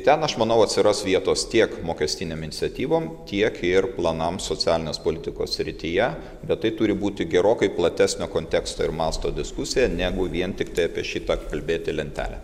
ten aš manau atsiras vietos tiek mokestiniam iniciatyvom tiek ir planam socialinės politikos srityje bet tai turi būti gerokai platesnio konteksto ir masto diskusija negu vien tiktai apie šitą kalbėti lentelę